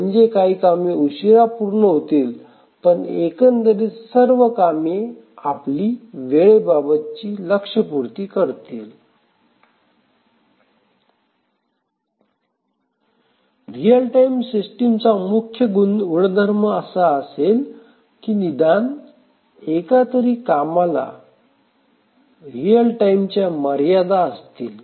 म्हणजे काही कामे उशिरा पूर्ण होतील पण एकंदरीत सर्व कामे आपली वेळेबाबतची लक्ष्यपूर्ती करतील रियल टाइम सिस्टीमचा मुख्य गुणधर्म असा असेल की निदान एकातरी कामाला रिअल टाईमच्या मर्यादा असतील